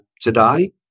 today